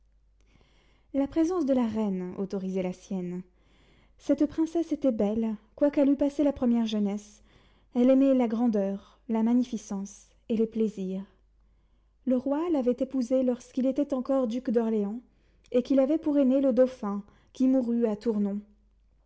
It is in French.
la présence de la reine autorisait la sienne cette princesse était belle quoiqu'elle eût passé la première jeunesse elle aimait la grandeur la magnificence et les plaisirs le roi l'avait épousée lorsqu'il était encore duc d'orléans et qu'il avait pour aîné le dauphin qui mourut à tournon